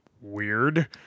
weird